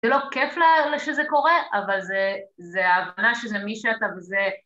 זה לא כיף שזה קורה, אבל זה ההבנה שזה מי שאתה וזה...